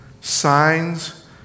signs